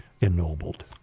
ennobled